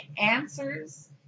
answers